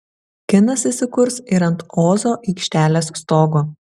kinas įsikurs ir ant ozo aikštelės stogo